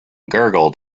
gurgled